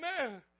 Amen